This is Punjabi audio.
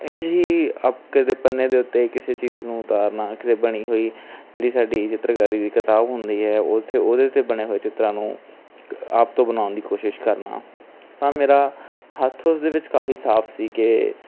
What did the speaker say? ਇੰਝ ਹੀ ਅਪ ਕਿਸੇ ਦੇ ਪੰਨੇ ਦੇ ਉੱਤੇ ਕਿਸੇ ਚੀਜ਼ ਨੂੰ ਉਤਾਰਨਾ ਕਿਸੇ ਬਣੀ ਹੋਈ ਜਿਹੜੀ ਸਾਡੀ ਚਿੱਤਰਕਾਰੀ ਦੀ ਕਿਤਾਬ ਹੁੰਦੀ ਹੈ ਉੱਥੇ ਉਹਦੇ 'ਤੇ ਬਣੇ ਹੋਏ ਚਿੱਤਰਾਂ ਨੂੰ ਆਪ ਤੋਂ ਬਣਾਉਣ ਦੀ ਕੋਸ਼ਿਸ਼ ਕਰਨਾ ਤਾਂ ਮੇਰਾ ਹੱਥ ਉਸ ਦੇ ਵਿੱਚ ਕਾਫ਼ੀ ਸਾਫ਼ ਸੀ ਕਿ